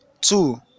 two